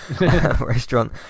restaurant